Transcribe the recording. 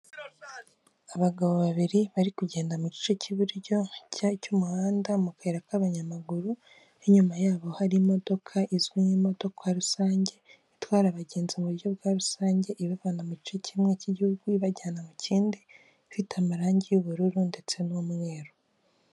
Abagabo babiri bari kugenda mu gice cy'iburyo cy'umuhanda mu kayira k'abanyamaguru n'inyuma yabo hari imodoka izwi nk'imodoka rusange itwara abagenzi mu buryo bwa rusange, ibavana mu gice kimwe cy'igihugu ibajyana mu kindi, ifite amarangi y'ubururu ndetse n'umweru.